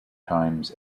times